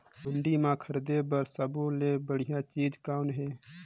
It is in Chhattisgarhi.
मंडी म खरीदे बर सब्बो ले बढ़िया चीज़ कौन हे?